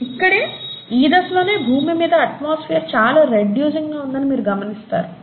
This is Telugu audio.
ఇక్కడే ఈ దశలోనే భూమి మీద అట్మాస్ఫియర్ చాలా రెడ్యూసింగ్ గా ఉందని మీరు గమనిస్తారు